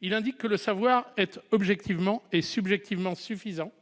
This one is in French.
Il indique que le savoir est objectivement et subjectivement suffisant,